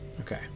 Okay